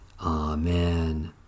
Amen